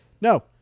no